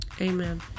Amen